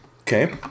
Okay